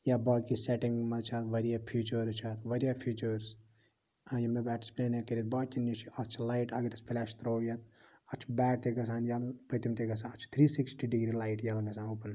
یا باقٕے سیٚٹِنٛگَن مَنٛز چھِ اَتھ واریاہ فیٖچرٲرٕس چھِ اتھ واریاہ فیٖچرٲرٕس یِم بہٕ ایٚکسپُلین ہیٚکہٕ کٔرِتھ باقیَن نِش اتھ چھ لایٹ اگر أسۍ فُلیش ترٛاوَو یلہٕ اَتھ چھِ بیک تہِ گَژھان یَلہٕ پٔتِم تہِ گَژھان اتھ چھ تھرٛی سِکِسٹی ڈِگری لایِٹ یَلہٕ گژھان ہُپٲرۍ